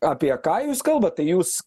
apie ką jūs kalbat tai jūs